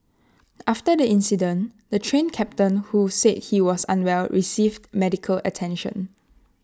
after the incident the Train Captain who said he was unwell received medical attention